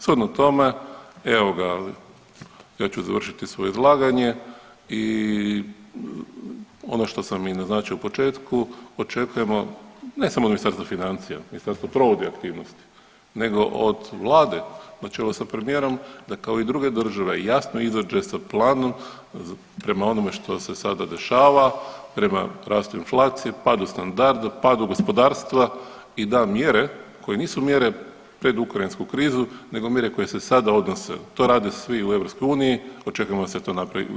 Shodno tome, evo ga, ja ću završiti svoje izlaganje i ono što sam i naznačio u početku očekujemo ne samo od Ministarstva financija, ministarstvo provodi aktivnosti, nego od vlade na čelu sa premijerom da kao i druge države i jasno izađe sa planom prema onome što se sada dešava, prema rastu inflacije, padu standarda, padu gospodarstva i da mjere koje nisu mjere pred ukrajinsku krizu nego mjere koje se sada odnose, to rade svi u EU, očekujemo da se to napravi i u RH.